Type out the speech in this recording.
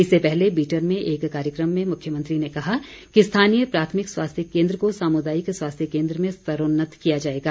इससे पहले बीटन में एक कार्यक्रम में मुख्यमंत्री ने कहा कि स्थानीय प्राथमिक स्वास्थ्य केन्द्र को सामुदायिक स्वास्थ्य केन्द्र में स्तरोन्नत किया जाएगा